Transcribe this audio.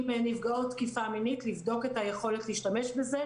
נפגעות תקיפה מינית לבדוק את היכולת להשתמש בזה.